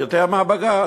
יותר מהבג"ץ.